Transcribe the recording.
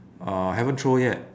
uh haven't throw yet